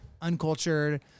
uncultured